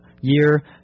year